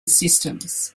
systems